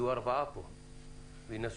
יהיו ארבעה פה וינסו.